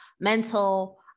mental